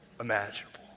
imaginable